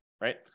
right